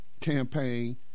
campaign